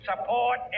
support